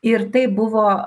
ir tai buvo